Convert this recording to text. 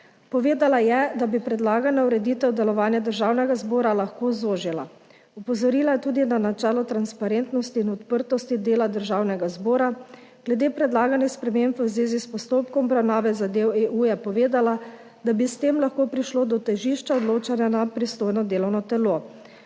Povedala je, da bi predlagana ureditev delovanje Državnega zbora lahko zožila. Opozorila je tudi na načelo transparentnosti in odprtosti dela Državnega zbora glede predlaganih sprememb. V zvezi s postopkom obravnave zadev EU je povedala, da bi s tem lahko prišlo do težišča odločanja na pristojnem delovnem telesu.